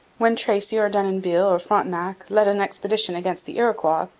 when tracy or denonville or frontenac led an expedition against the iroquois,